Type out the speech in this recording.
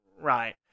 Right